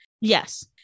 Yes